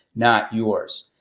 not yours.